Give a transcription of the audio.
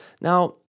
Now